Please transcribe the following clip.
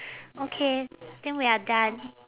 okay think we are done